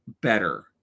better